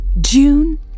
June